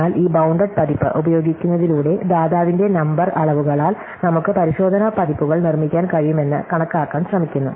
എന്നാൽ ഈ ബൌണ്ടഡ് പതിപ്പ് ഉപയോഗിക്കുന്നതിലൂടെ ദാതാവിന്റെ നമ്പർ അളവുകളാൽ നമുക്ക് പരിശോധനാ പതിപ്പുകൾ നിർമ്മിക്കാൻ കഴിയുമെന്ന് കണക്കാക്കാൻ ശ്രമിക്കുന്നു